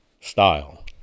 style